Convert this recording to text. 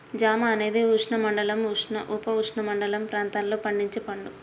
జామ అనేది ఉష్ణమండల, ఉపఉష్ణమండల ప్రాంతాలలో పండించే పండు